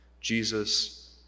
Jesus